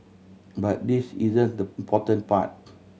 but this isn't the important part